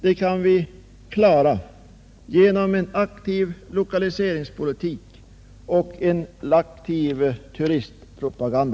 Detta kan vi klara genom en aktiv lokaliseringspolitik och en aktiv turistpropaganda.